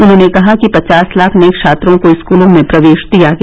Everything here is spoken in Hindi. उन्होंने कहा कि पचास लाख नए छात्रों को स्कलों में प्रवेश दिया गया